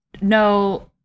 No